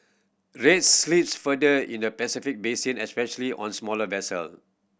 rates slip further in the Pacific basin especially on smaller vessel